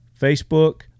Facebook